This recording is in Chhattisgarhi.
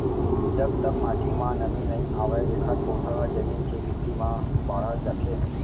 जब तक माटी म नमी नइ आवय एखर पउधा ह जमीन के भीतरी म बाड़हत जाथे